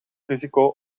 risico